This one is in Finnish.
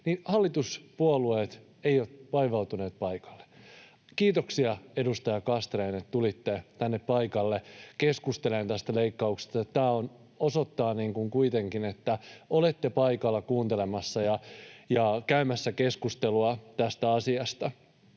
niin hallituspuolueet eivät ole vaivautuneet paikalle. — Kiitoksia, edustaja Castrén, että tulitte tänne paikalle keskustelemaan tästä leikkauksesta, tämä kuitenkin jotakin osoittaa, että olette paikalla kuuntelemassa ja käymässä keskustelua tästä asiasta.